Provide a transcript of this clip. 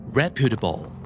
reputable